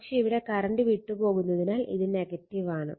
പക്ഷെ ഇവിടെ കറണ്ട് വിട്ട് പോകുന്നതിനാൽ ഇത് ആണ്